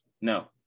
no